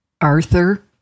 Arthur